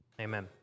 Amen